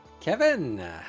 Kevin